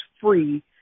free